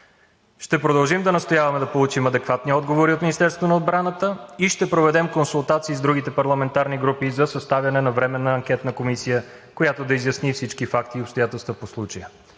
Ще продължим да настояваме да получим адекватни отговори от Министерството на отбраната и ще проведем консултации с другите парламентарни групи за съставяне на временна анкетна комисия, която да изясни всички факти и обстоятелства по случая.